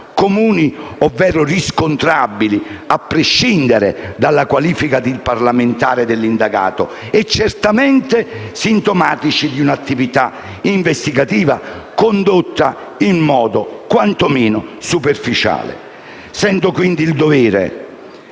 comuni ovvero riscontrabili a prescindere dalla qualifica di parlamentare dell'indagato, e certamente sintomatici di un'attività investigativa condotta in modo quanto meno superficiale. Sento quindi il dovere,